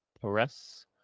Press